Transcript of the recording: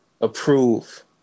approve